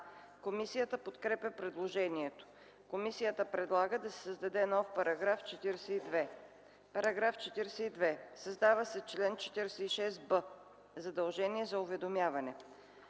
Комисията подкрепя предложението. Комисията предлага да се създаде нов § 42: „§ 42. Създава се чл. 46б: „Задължение за уведомяване